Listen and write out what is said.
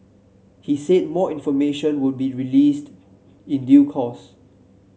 he said more information would be released in due course